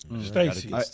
Stacy